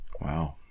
Wow